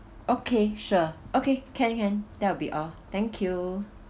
okay sure okay can can that will be all thank you